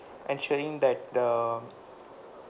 ensuring that the